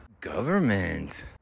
government